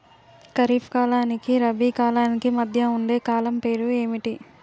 ఖరిఫ్ కాలానికి రబీ కాలానికి మధ్య ఉండే కాలం పేరు ఏమిటి?